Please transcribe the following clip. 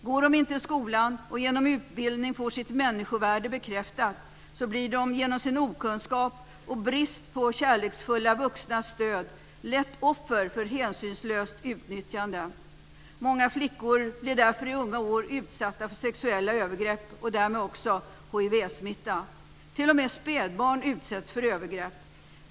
Går de inte i skolan och genom utbildning får sitt människovärde bekräftat blir de genom sin okunskap och brist på kärleksfulla vuxnas stöd lätt offer för hänsynslöst utnyttjande. Många flickor blir därför i unga år utsatta för sexuella övergrepp och därmed också hivsmitta. T.o.m. spädbarn utsätts för övergrepp.